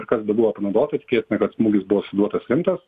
ir kas bebuvo panaudota tikėsime kad smūgis buvo suduotas rimtas